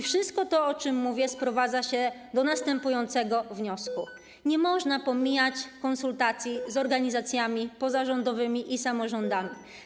Wszystko to, o czym mówię, prowadzi do następującego wniosku: nie można pomijać konsultacji z organizacjami pozarządowymi i samorządami.